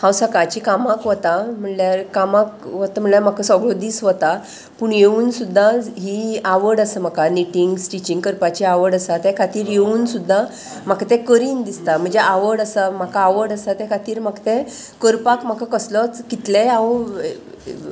हांव सकाळची कामाक वतां म्हणल्यार कामाक वता म्हणल्यार म्हाका सगळो दीस वता पूण येवन सुद्दां ही आवड आसा म्हाका निटींग स्टिचींग करपाची आवड आसा त्या खातीर येवन सुद्दां म्हाका तें करीन दिसता म्हजे आवड आसा म्हाका आवड आसा तें खातीर म्हाका ते करपाक म्हाका कसलोच कितलेय हांव